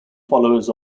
followers